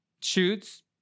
shoots